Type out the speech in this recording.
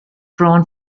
drawn